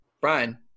Brian